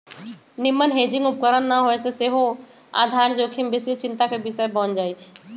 निम्मन हेजिंग उपकरण न होय से सेहो आधार जोखिम बेशीये चिंता के विषय बन जाइ छइ